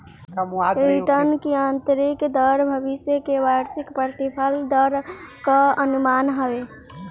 return की आतंरिक दर भविष्य के वार्षिक प्रतिफल दर कअ अनुमान हवे